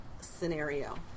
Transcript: scenario